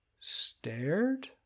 stared